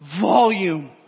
volume